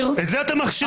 את זה אתם מכשירים.